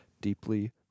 deeply